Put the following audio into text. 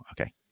okay